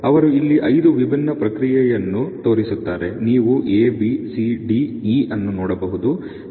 ಅವರು ಇಲ್ಲಿ ಐದು ವಿಭಿನ್ನ ಪ್ರಕ್ರಿಯೆಯನ್ನು ತೋರಿಸುತ್ತಿದ್ದಾರೆ ನೀವು A B C D E ಅನ್ನು ನೋಡಬಹುದು